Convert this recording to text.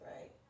right